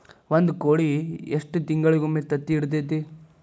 ಒಂದ್ ಕೋಳಿ ಎಷ್ಟ ತಿಂಗಳಿಗೊಮ್ಮೆ ತತ್ತಿ ಇಡತೈತಿ?